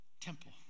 temple